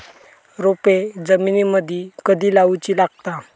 रोपे जमिनीमदि कधी लाऊची लागता?